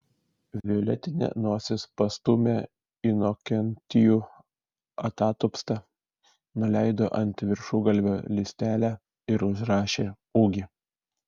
violetinė nosis pastūmė inokentijų atatupstą nuleido ant viršugalvio lystelę ir užrašė ūgį